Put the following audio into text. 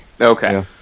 Okay